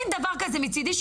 מצידי,